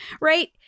right